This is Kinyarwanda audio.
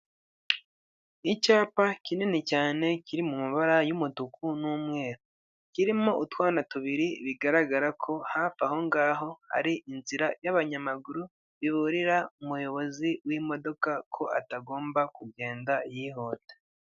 Icyapa kinini cyane kiri mu mabara y'umutuku n'umweru, kirimo utwana tubiri bigaragara ko hafi aho ngaho hari inzira y'abanyamaguru, biburira umuyobozi w'imodoka ko atagomba kugenda yihuta.